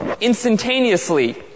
instantaneously